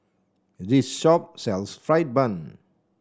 this shop sells fried bun